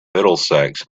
middlesex